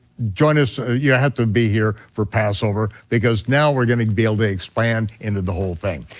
join us, ah you have to be here for passover, because now we're gonna be able to expand into the whole thing.